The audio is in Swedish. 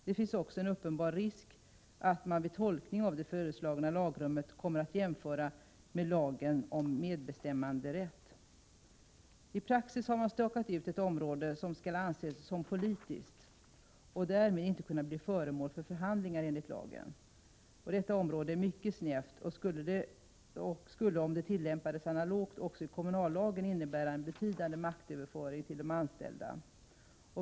Det finns också en uppenbar risk att man vid tolkning av det föreslagna lagrummet kommer att jämföra med lagen om medbestämmanderätt. I praxis har man här stakat ut ett område som skall anses som ”politiskt” och därmed inte kunna bli föremål för förhandlingar enligt lagen. Detta område är mycket snävt och skulle om det tillämpades analogt också i kommunallagen innebära en betydande maktöverföring till de anställda.